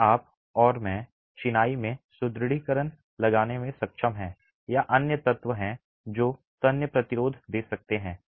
आज आप और मैं चिनाई में सुदृढीकरण लगाने में सक्षम हैं या अन्य तत्व हैं जो तन्य प्रतिरोध दे सकते हैं